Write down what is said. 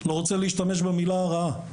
לא רוצה להשתמש במילה הרעה.